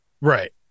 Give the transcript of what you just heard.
right